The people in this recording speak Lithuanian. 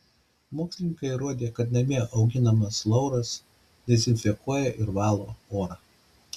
mokslininkai įrodė kad namie auginamas lauras dezinfekuoja ir valo orą